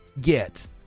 Get